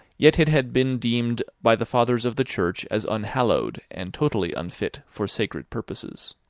yet it had been deemed by the fathers of the church as unhallowed, and totally unfit for sacred purposes.